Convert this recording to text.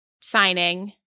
signing